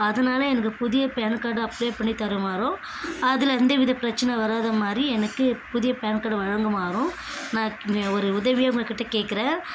அதனால் எனக்கு புதிய பேன் கார்டு அப்ளை பண்ணி தருமாறும் அதில் எந்த வித பிரச்சனை வராதமாதிரி எனக்கு புதிய பேன் கார்டு வழங்குமாறும் நான் ஒரு உதவியாக உங்கக்கிட்ட கேட்குறேன்